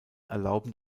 erlauben